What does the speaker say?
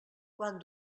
quan